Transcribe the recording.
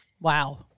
wow